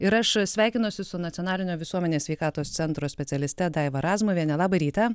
ir aš sveikinuosi su nacionalinio visuomenės sveikatos centro specialiste daiva razmuviene labą rytą